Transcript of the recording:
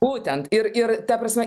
būtent ir ir ta prasme